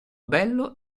bello